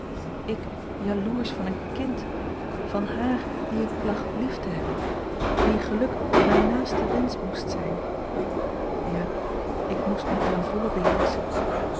ik jaloersch van een kind van haar die ik placht lief te hebben wier geluk mijn naaste wensch moest zijn ja ik moest mij ten volle beheerschen